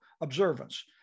observance